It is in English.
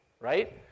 right